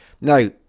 now